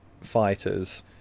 fighters